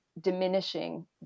diminishing